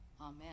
Amen